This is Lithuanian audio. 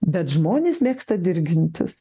bet žmonės mėgsta dirgintis